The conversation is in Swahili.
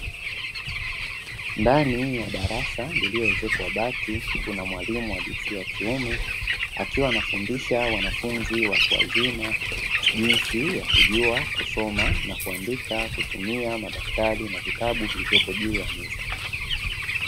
Ndani ya darasa iliyoezekwa bati kuna mwalimu wa jinsia ya kiume akiwa anafundisha wanafunzi watu wazima, jinsi ya kujua kusoma na kuandika kutumia madaftari na vitabu vilivyopo juu ya meza.